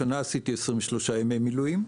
השנה עשיתי 23 ימי מילואים.